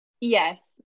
Yes